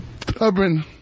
Stubborn